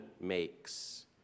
makes